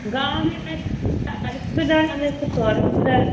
गाँवमे है चालिस रूपे दर्जन अहाँ दै छियै सए रूपे दर्जन